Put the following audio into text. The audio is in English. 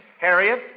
Harriet